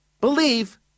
believe